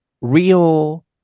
real